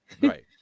Right